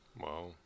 Wow